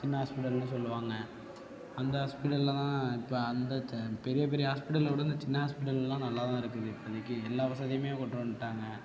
சின்ன ஹாஸ்பிட்டல்னு சொல்வாங்க அந்த ஹாஸ்பிட்டலில் தான் இப்போது அந்த பெரிய பெரிய ஹாஸ்பிட்டலை விட இந்த சின்ன ஹாஸ்பிட்டல் எல்லாம் நல்லா தான் இருக்குது இப்போதைக்கு எல்லாம் வசதியுமே கொண்டு வந்துவிட்டாங்க